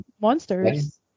monsters